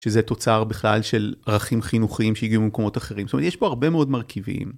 שזה תוצר בכלל של ערכים חינוכיים שהגיעו ממקומות אחרים, זאת אומרת יש פה הרבה מאוד מרכיבים.